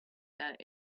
that